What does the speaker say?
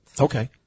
Okay